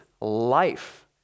life